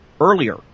earlier